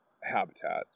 habitat